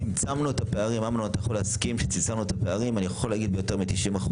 צמצמנו את הפערים ביותר מ-90%,